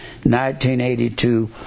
1982